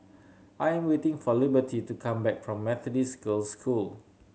I am waiting for Liberty to come back from Methodist Girls' School